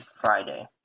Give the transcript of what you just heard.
Friday